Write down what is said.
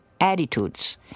attitudes